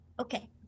Okay